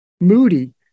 Moody